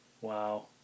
Wow